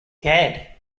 gad